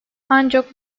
ancak